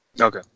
Okay